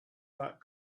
that